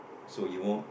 so you won't